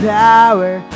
power